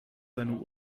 seinen